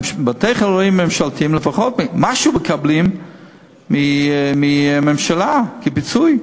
בתי-חולים ממשלתיים לפחות מקבלים משהו מהממשלה כפיצוי.